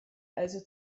also